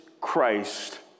Christ